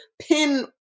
pin